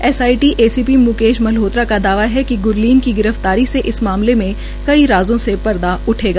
इस A C P Mukesh Malhotra का दावा है कि ग्रलीन की गिरफ्तारी से इस मामले में नई राज़ो से पर्दा उठेगा